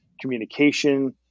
communication